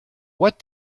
what